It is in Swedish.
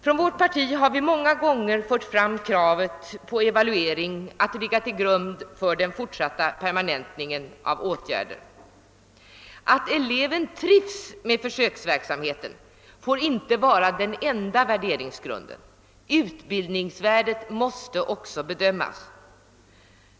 Från vårt parti har vi många gånger fört fram kravet att evaluering skall ligga till grund för den fortsatta permanentningen av åtgärder. Att eleven trivs med försöksverksamheten får inte vara den enda värderingsgrunden; utbildningsvärdet måste också bedömas.